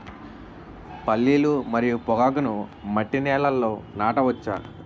పల్లీలు మరియు పొగాకును మట్టి నేలల్లో నాట వచ్చా?